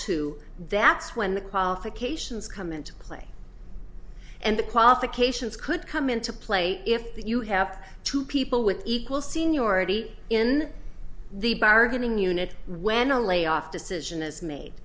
to that's when the qualifications come into play and the qualifications could come into play if you have two people with equal seniority in the bargaining unit when a layoff decision is made